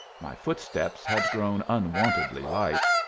my footsteps had grown unwontedly light,